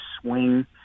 swing